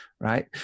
right